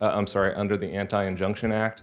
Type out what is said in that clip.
i'm sorry under the anti injunction act